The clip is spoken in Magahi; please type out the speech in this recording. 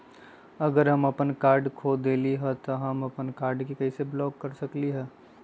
अगर हम अपन कार्ड खो देली ह त हम अपन कार्ड के कैसे ब्लॉक कर सकली ह?